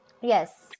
yes